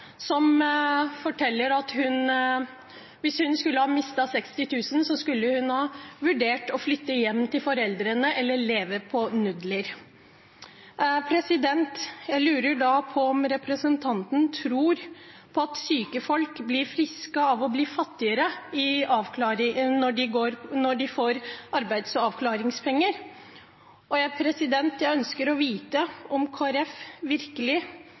som forteller at hvis hun skulle ha mistet 60 000 kr, måtte hun ha vurdert å flytte hjem til foreldrene eller leve på nudler. Jeg lurer da på om representanten tror at syke folk blir friske av å bli fattigere når de får arbeidsavklaringspenger, og jeg ønsker å få vite om Kristelig Folkeparti virkelig